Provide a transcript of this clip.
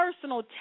personal